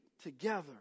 together